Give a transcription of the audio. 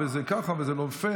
זה לא פייר,